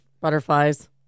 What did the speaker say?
Butterflies